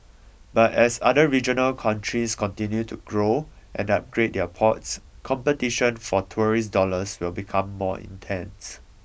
but as other regional countries continue to grow and upgrade their ports competition for tourist dollars will become more intense